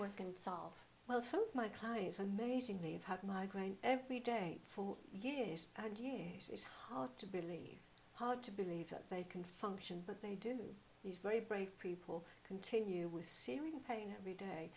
work and solve well some of my clients amazing they've had migraine every day for years and years it's hard to believe hard to believe that they can function but they do these very brave people continue with searing pain every day